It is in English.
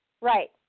Right